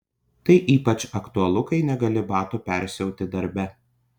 tai ypač aktualu kai negali batų persiauti darbe